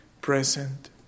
present